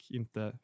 inte